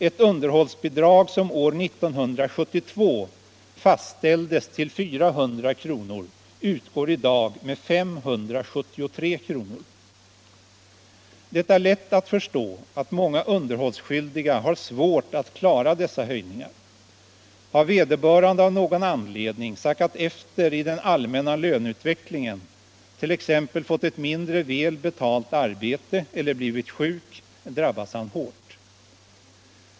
Ett underhållsbidrag som år 1972 fastställdes till 400 kr. utgår i dag med SEK Det är lätt att förstå att många underhållsskyldiga har svårt att klara dessa höjningar. Har vederbörande av någon anledning sackat efter i den allmänna löneutvecklingen, t.ex. fått ett mindre väl betalt arbete eller blivit sjuk, drabbas han hårt.